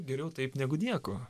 geriau taip negu nieko